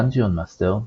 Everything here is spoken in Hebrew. Dungeon Master,